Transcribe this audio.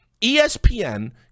ESPN